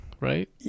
Right